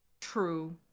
true